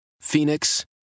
Phoenix